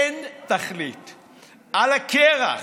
אין תכלית, על הקרח.